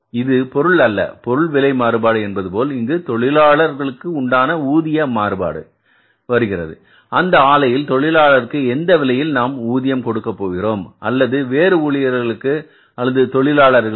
இது பொருள் அல்ல பொருள் விலை மாறுபாடு என்பது போல் இங்கு தொழிலாளர்ற்கு உண்டான ஊதிய மாறுபாடு வருகிறது அந்த ஆலையில் தொழிலாளர்களுக்கு எந்த விலையில் நாம் ஊதியம் கொடுக்கப் போகிறோம் அல்லது வேறு ஊழியர்களுக்கு அல்லது தொழிலாளிகளுக்கு